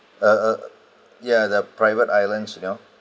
uh uh ya the private islands you know